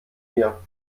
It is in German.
mir